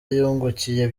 yungukiye